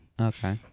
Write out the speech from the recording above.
Okay